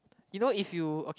you know if you